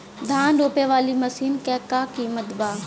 धान रोपे वाली मशीन क का कीमत बा?